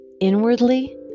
Inwardly